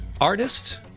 artist